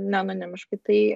neanonimiškai tai